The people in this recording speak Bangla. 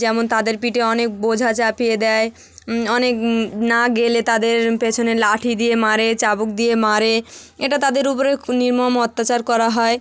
যেমন তাদের পিঠে অনেক বোঝা চাপিয়ে দেয় অনেক না গেলে তাদের পেছনে লাঠি দিয়ে মারে চাবুক দিয়ে মারে এটা তাদের উপরে নির্মম অত্যাচার করা হয়